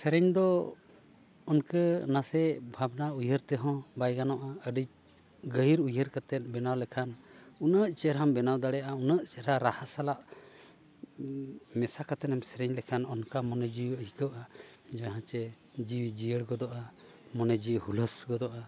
ᱥᱮᱨᱮᱧ ᱫᱚ ᱤᱱᱠᱟᱹ ᱱᱟᱥᱮ ᱵᱷᱟᱵᱽᱱᱟ ᱩᱭᱦᱟᱹᱨ ᱛᱮᱦᱚᱸ ᱵᱟᱭ ᱜᱟᱱᱚᱜᱼᱟ ᱟᱹᱰᱤ ᱜᱟᱹᱦᱤᱨ ᱩᱭᱦᱟᱹᱨ ᱠᱟᱛᱮᱫ ᱵᱮᱱᱟᱣ ᱞᱮᱠᱷᱟᱱ ᱩᱱᱟᱹᱜ ᱪᱮᱦᱨᱟᱢ ᱵᱮᱱᱟᱣ ᱫᱟᱲᱮᱭᱟᱜᱼᱟ ᱩᱱᱟᱹᱜ ᱪᱮᱦᱨᱟ ᱨᱟᱦᱟ ᱥᱟᱞᱟᱜ ᱢᱮᱥᱟ ᱠᱟᱛᱮᱫ ᱮᱢ ᱥᱮᱨᱮᱧ ᱞᱮᱠᱷᱟᱱ ᱚᱱᱠᱟ ᱢᱚᱱᱮ ᱡᱤᱣᱤ ᱟᱹᱭᱠᱟᱹᱜᱼᱟ ᱡᱟᱦᱟᱸ ᱪᱮ ᱡᱤᱣᱤ ᱡᱤᱭᱟᱹᱲ ᱜᱚᱫᱚᱜᱼᱟ ᱢᱚᱱᱮ ᱡᱤᱣᱤ ᱦᱩᱞᱟᱹᱥ ᱜᱚᱫᱚᱜᱼᱟ